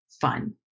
fun